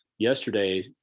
Yesterday